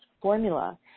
formula